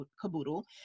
caboodle